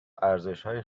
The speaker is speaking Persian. ارزشهای